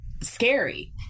scary